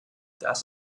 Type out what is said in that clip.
das